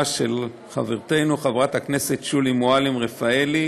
של חברתנו חברת הכנסת שולי מועלם-רפאלי,